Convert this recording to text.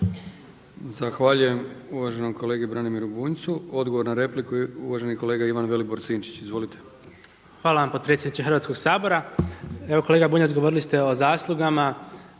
Zahvaljujem uvaženom kolegi Branimiru Bunjcu. Odgovor na repliku uvaženi kolega Ivan Vilibor Sinčić. Izvolite. **Sinčić, Ivan Vilibor (Živi zid)** Hvala gospodine potpredsjedniče Hrvatskog sabora. Evo kolega Bunjac govorili ste o zaslugama,